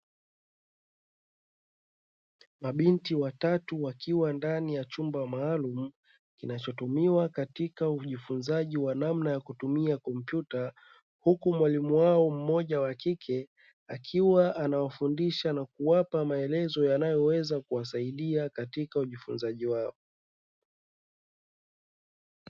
Mabinti watatu wakiwa ndani ya chumba maalumu; kinachotumiwa katika ujifunzaji wa namna ya kutumia kompyuta, huku mwalimu wao mmoja wa kike akiwa anawafundisha na kuwapa maelezo yanayoweza kuwasaidia katika ujifunzaji wao.